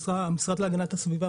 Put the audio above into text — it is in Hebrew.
המשרד להגנת הסביבה,